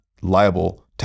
liable